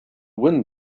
wind